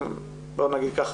בוא נגיד כך,